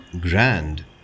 grand